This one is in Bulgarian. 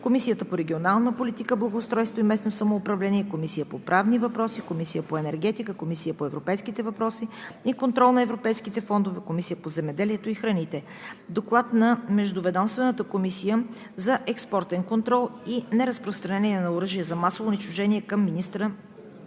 Комисията по регионалната политика, благоустройство и местно самоуправление, Комисията по правни въпроси, Комисията по енергетика, Комисията по европейските въпроси и контрол на европейските фондове, Комисията по земеделието и храните. Доклад на Междуведомствената комисия за експортен контрол и неразпространение на оръжия за масово унищожение към министъра